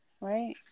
Right